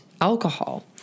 alcohol